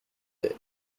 rêver